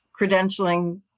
credentialing